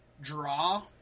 draw